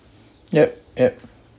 yup yup